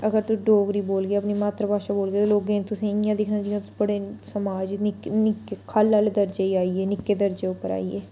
अगर तुस डोगरी बोलगे अपनी मात्तर भाशा बोलगे ते लोकें तुसें इ'यां दिक्खनां जियां तुस बड़े समाज च निक्के निक्के ख'ल्ल आह्ले दरजे च आइयै निक्के दरजै उप्पर आइयै